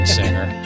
singer